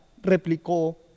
replicó